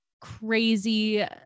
crazy